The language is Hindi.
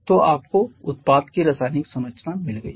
तो आपको उत्पाद की रासायनिक संरचना मिल गई है